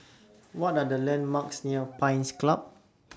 What Are The landmarks near Pines Club